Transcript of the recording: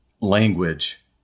language